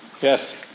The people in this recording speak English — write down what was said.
Yes